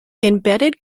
embedded